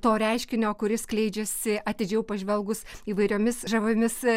to reiškinio kuris skleidžiasi atidžiau pažvelgus įvairiomis žaviomis